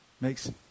makes